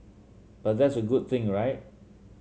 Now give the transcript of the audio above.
but that's a good thing right